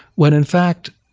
when in fact,